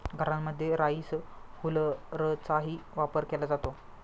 घरांमध्ये राईस हुलरचाही वापर केला जातो